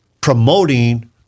promoting